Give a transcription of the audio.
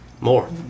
more